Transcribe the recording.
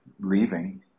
leaving